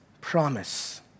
promise